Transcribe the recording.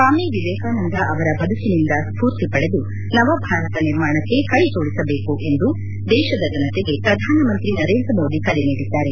ಸ್ವಾಮಿ ವೇಕಾನಂದ ಅವರ ಬದುಕಿನಿಂದ ಸ್ವೂರ್ತಿ ಪಡೆದು ನವಭಾರತ ನಿರ್ಮಾಣಕ್ಕೆ ಕ್ಲೆಜೋಡಿಸಬೇಕು ಎಂದು ದೇಶದ ಜನತೆಗೆ ಪ್ರಧಾನ ಮಂತ್ರಿ ನರೇಂದ್ರ ಮೋದಿ ಕರೆ ನೀಡಿದ್ದಾರೆ